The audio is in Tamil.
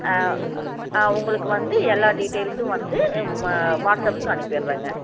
உங்களுக்கு வந்து எல்லாம் டீடெயில்சும் வந்து வாட்ஸ்அப்புக்கு அனுப்பிடுறேங்க